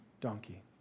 donkey